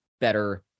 better